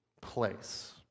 place